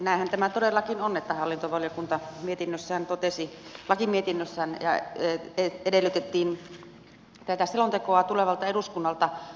näinhän tämä todellakin on että hallintovaliokunta mietinnössään lakimietinnössään edellytti tätä selontekoa tulevalta eduskunnalta